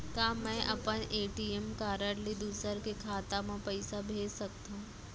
का मैं अपन ए.टी.एम कारड ले दूसर के खाता म पइसा भेज सकथव?